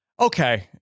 okay